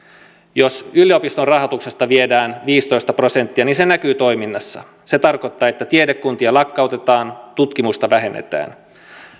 jos yliopistorahoituksesta viedään viisitoista prosenttia niin se näkyy toiminnassa se tarkoittaa että tiedekuntia lakkautetaan tutkimusta vähennetään